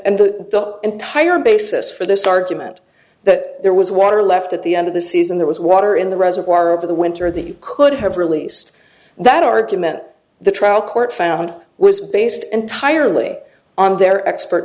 and the entire basis for this argument that there was water left at the end of the season there was water in the reservoir over the winter the could have released that argument the trial court found was based entirely on their expert